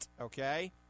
okay